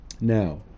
now